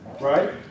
Right